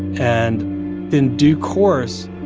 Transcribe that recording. and in due course,